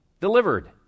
delivered